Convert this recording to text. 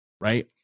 right